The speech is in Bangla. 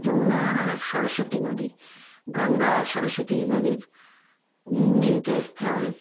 যমুনা আর সরস্বতী নদী গঙ্গা আর সরস্বতী নদীর মিলিত স্থল